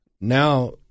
Now